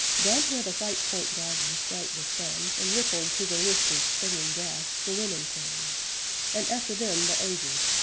down where the white point gardens drank the sun, and rippled to the lift of springing grass, the women came and after them the aged,